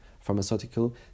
pharmaceutical